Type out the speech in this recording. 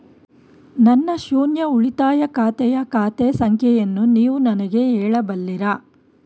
ನನ್ನ ಶೂನ್ಯ ಉಳಿತಾಯ ಖಾತೆಯ ಖಾತೆ ಸಂಖ್ಯೆಯನ್ನು ನೀವು ನನಗೆ ಹೇಳಬಲ್ಲಿರಾ?